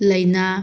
ꯂꯥꯏꯅꯥ